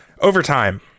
Overtime